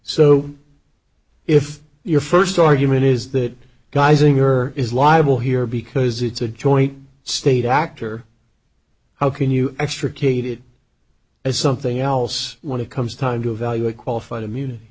so if your first argument is that guys inger is liable here because it's a joint state actor how can you extricate it as something else when it comes time to evaluate qualified immunity